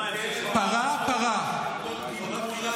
--- לתקן את המערכות שנותנות גיבוי לחמאס.